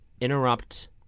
interrupt